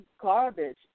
garbage